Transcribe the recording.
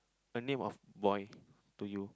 a name of boy to you